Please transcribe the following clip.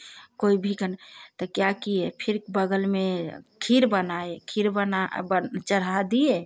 कोई भी कन तो क्या किए फिर बगल में खीर बनाए खीर बना अब बन चढ़ा दिए